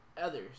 others